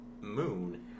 Moon